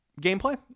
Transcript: gameplay